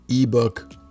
ebook